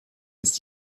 ist